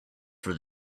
for